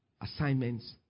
Assignments